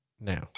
now